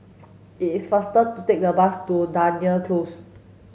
is faster to take the bus to Dunearn Close